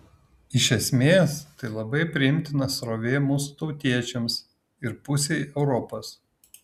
iš esmės tai labai priimtina srovė mūsų tautiečiams ir pusei europos